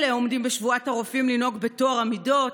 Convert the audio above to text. אלה עומדים בשבועת הרופאים לנהוג בטוהר המידות,